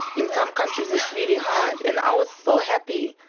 in some countries it's really hard, and i was so happy.